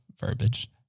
verbiage